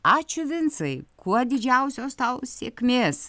ačiū vincai kuo didžiausios tau sėkmės